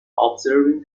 observing